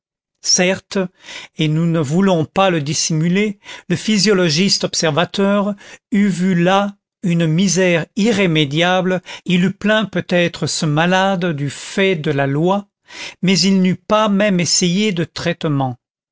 certes et nous ne voulons pas le dissimuler le physiologiste observateur eût vu là une misère irrémédiable il eût plaint peut-être ce malade du fait de la loi mais il n'eût pas même essayé de traitement